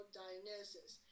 diagnosis